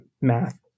math